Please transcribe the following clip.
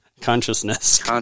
Consciousness